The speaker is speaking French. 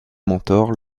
mentors